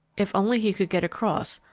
if only he could get across,